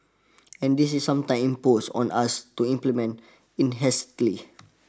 and this is some time imposed on us to implement in hastily